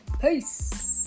Peace